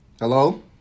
hello